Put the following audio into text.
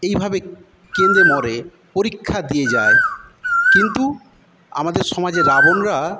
এইভাবে কেঁদে মরে পরীক্ষা দিয়ে যায় কিন্তু আমাদের সমাজের রাবণরা